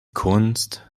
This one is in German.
kunst